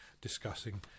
discussing